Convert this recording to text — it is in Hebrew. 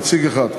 נציג אחד,